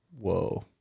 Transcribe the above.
Whoa